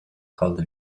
cult